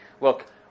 Look